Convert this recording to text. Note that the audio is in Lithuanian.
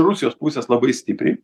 rusijos pusės labai stipriai